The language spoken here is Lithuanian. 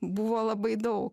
buvo labai daug